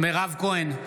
מירב כהן,